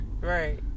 Right